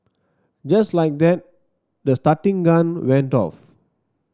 just like that the starting gun went off